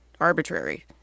arbitrary